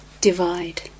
divide